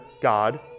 God